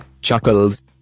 chuckles